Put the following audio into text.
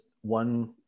one